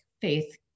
faith